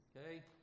Okay